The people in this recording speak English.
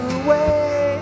away